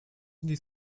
did